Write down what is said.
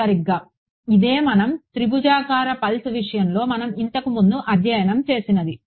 సరిగ్గా ఇదే మనం త్రిభుజాకార పల్స్ విషయంలో మనం ఇంతకు ముందు అధ్యయనం చేసినది